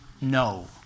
No